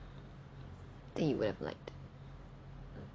then you wear black